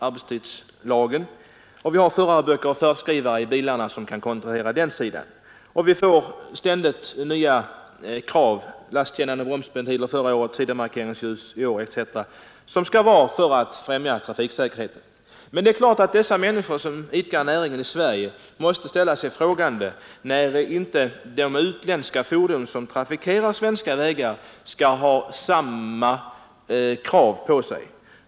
Det finns förarböcker och färdskrivare i bilarna för den kontrollen. Vi får ständigt nya krav — lastkännande bromsventiler förra året, sidomarkeringsljus i år etc. — som skall främja trafiksäkerheten. Det är klart att de människor som idkar näringen i Sverige måste ställa sig frågande när det inte ställs samma krav på utländska fordon som trafikerar svenska vägar.